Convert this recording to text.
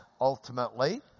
ultimately